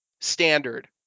standard